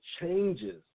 changes